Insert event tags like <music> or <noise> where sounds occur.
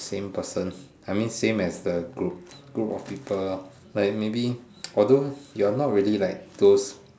same person I mean same as the group group of people lah like maybe <noise> although you are not really like those